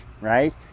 Right